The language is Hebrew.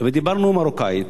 ודיברנו מרוקאית,